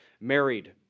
married